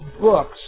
books